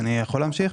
להתייחס?